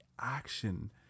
action